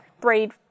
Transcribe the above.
braid